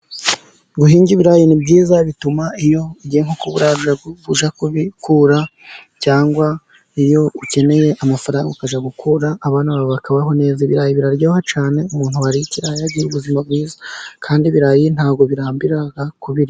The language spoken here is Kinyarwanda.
Guhinga ibirayi ni byiza, bituma iyo ugiye nko kuburara ujya kubikura, cyangwa iyo ukeneye amafaranga ukajya gukura, abana bawe bakabaho neza. Ibirayi biraryoha cyane, umuntu wariye ikirayi agira ubuzima bwiza, kandi ibirayi nta bwo birambirana kubirya.